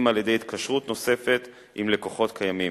על-ידי התקשרות נוספת עם לקוחות קיימים.